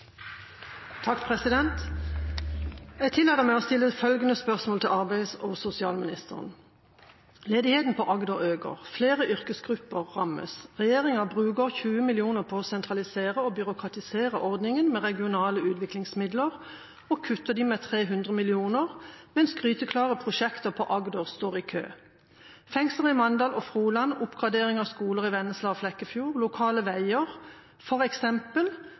Jeg tillater meg å stille følgende spørsmål til arbeids- og sosialministeren: «Ledigheten i Agder øker. Flere yrkesgrupper rammes. Regjeringen bruker 20 mill. kroner på å sentralisere og byråkratisere ordningen med regionale utviklingsmidler og kutter dem med 300 mill. kroner mens gryteklare prosjekter i Agder står i kø. Fengsler i Mandal og Froland, oppgradering av skoler i Vennesla og Flekkefjord, lokale veier